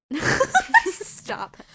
stop